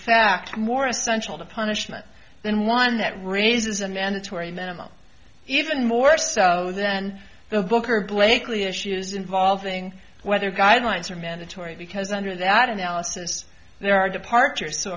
fact more essential to punishment than one that raises a mandatory minimum even more so then the booker blakeley issues involving whether guidelines are mandatory because under that analysis there are departures so